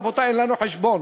רבותי, אין לנו חשבון.